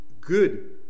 good